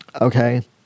Okay